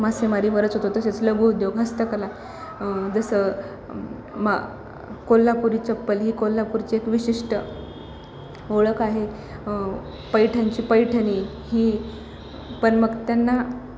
मासेमारीवरच होतो तसेच लघु उद्योग हस्तकला जसं मग कोल्हापुरी चप्पल ही कोल्हापुरची एक विशिष्ट ओळख आहे पैठणची पैठणी ही पण मग त्यांना